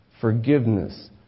Forgiveness